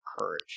courage